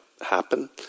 happen